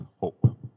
hope